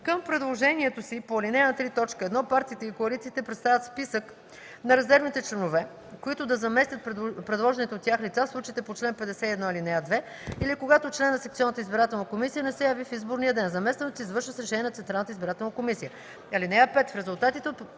Към предложението си по ал. 3, т. 1 партиите и коалициите представят списък на резервните членове, които да заместят предложените от тях лица в случаите по чл. 51, ал. 2 или когато член на секционната избирателна комисия не се яви в изборния ден. Заместването се извършва с решение на Централната избирателна комисия. (5)